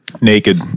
Naked